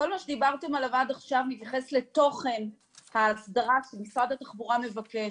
כל מה שדיברתם עליו עד עכשיו מתייחס לתוכן ההסדרה שמשרד התחבורה מבקש.